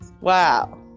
Wow